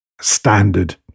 standard